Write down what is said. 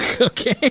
Okay